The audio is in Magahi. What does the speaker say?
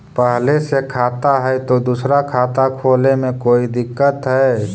पहले से खाता है तो दूसरा खाता खोले में कोई दिक्कत है?